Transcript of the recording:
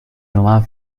nummer